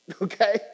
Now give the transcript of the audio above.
Okay